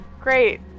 Great